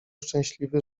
szczęśliwy